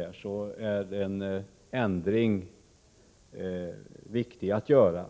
försäkringsbolagen, är en ändring viktig att göra.